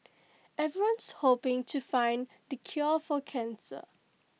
everyone's hoping to find the cure for cancer